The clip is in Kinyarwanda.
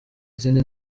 izindi